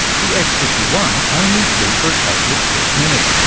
the x fifty one only flew for a total of six minutes.